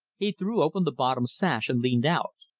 he threw open the bottom sash and leaned out.